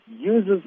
uses